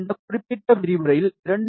இந்த குறிப்பிட்ட விரிவுரையில் 2